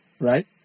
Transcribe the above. Right